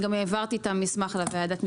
נכון, אני גם העברתי את המסמכים לוועדת המשנה.